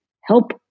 help